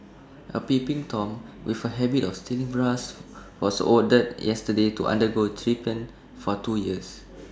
A peeping Tom with A habit of stealing bras was ordered yesterday to undergo treatment for two years